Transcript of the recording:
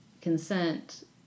consent